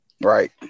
Right